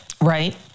right